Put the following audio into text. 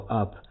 up